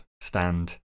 stand